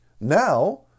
now